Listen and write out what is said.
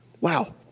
Wow